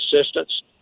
assistance